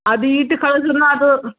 ಅದು ಇಟ್ಟು ಅದ